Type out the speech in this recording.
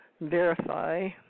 Verify